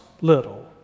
little